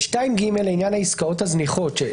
בתקנה 2ג לעניין העסקאות הזניחות,